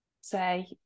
say